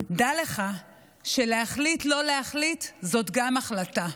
דע לך שלהחליט לא להחליט זאת גם החלטה.